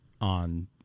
on